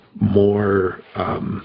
more